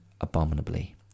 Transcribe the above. abominably